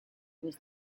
was